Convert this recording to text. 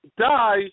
die